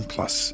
Plus